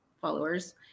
followers